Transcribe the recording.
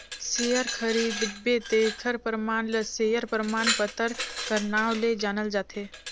share खरीदबे तेखर परमान ल सेयर परमान पतर कर नांव ले जानल जाथे